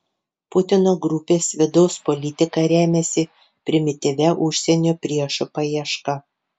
putino grupės vidaus politika remiasi primityvia užsienio priešų paieška